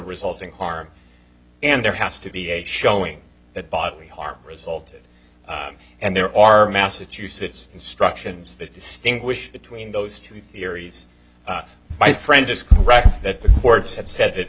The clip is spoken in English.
resulting harm and there has to be a showing that bodily harm resulted and there are massachusetts instructions that distinguish between those two theories my friend is correct that the courts have said that